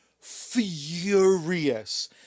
furious